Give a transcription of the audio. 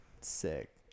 sick